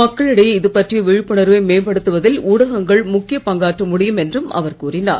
மக்கள் இடையே இது பற்றிய விழிப்புணர்வை மேம்படுத்துவதில் ஊடகங்கள் முக்கிய பங்காற்ற முடியும் என்றும் அவர் கூறினார்